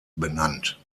benannt